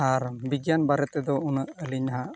ᱟᱨ ᱵᱤᱜᱽᱜᱟᱱ ᱵᱟᱨᱮᱛᱮᱫᱚ ᱩᱱᱟᱹᱜ ᱟᱹᱞᱤᱧ ᱱᱟᱦᱟᱜ